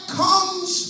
comes